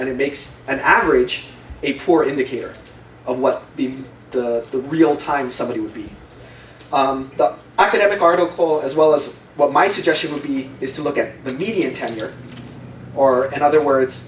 and it makes an average a poor indicator of what the the real time somebody would be the academic article as well as what my suggestion would be is to look at the median tenure or in other words